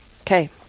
Okay